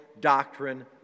doctrine